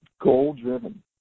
goal-driven